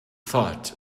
thought